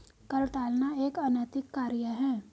कर टालना एक अनैतिक कार्य है